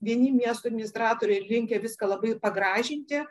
vieni miesto administratoriai linkę viską labai pagražinti